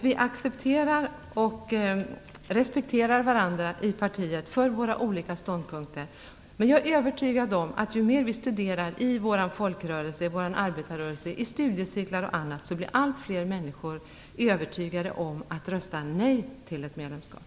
Vi accepterar och respekterar varandra i partiet för våra olika ståndpunkter. Jag är övertygad om att ju mer vi studerar frågan i vår folkrörelse och vår arbetarrörelse i studiecirklar och i andra sammanhang kommer allt fler människor att bli övertygade om att rösta nej till ett medlemskap.